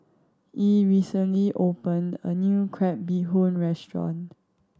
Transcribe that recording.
Yee recently opened a new crab bee hoon restaurant